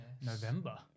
November